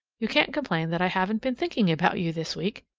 you can't complain that i haven't been thinking about you this week!